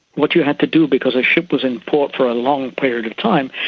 what you had to do because a ship was in port for a long period of time,